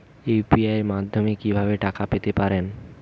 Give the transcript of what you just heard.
UPI মাধ্যমে কি ভাবে টাকা পেতে পারেন?